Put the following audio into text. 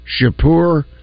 Shapur